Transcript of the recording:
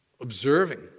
observing